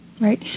Right